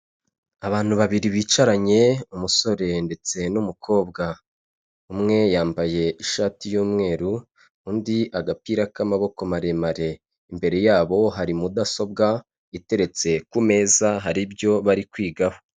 Abantu babiri bicaranye umusore ndetse n'umukobwa, umwe yambaye ishati y'umweru, undi agapira k'amaboko maremare, imbere yabo hari mudasobwa iteretse ku meza, hari ibyo bari kwigaho.